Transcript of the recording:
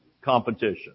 competition